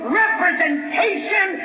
representation